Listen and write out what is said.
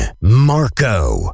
Marco